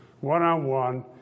one-on-one